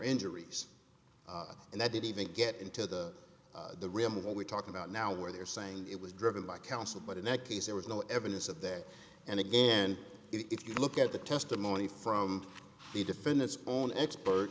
injuries and that didn't even get into the removal we're talking about now where they're saying it was driven by counsel but in that case there was no evidence of that and again if you look at the testimony from the defendant's own expert